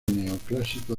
neoclásico